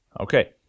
Okay